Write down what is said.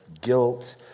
guilt